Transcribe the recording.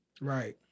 Right